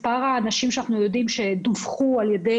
לגבי מספר האנשים שדוּוחו על ידי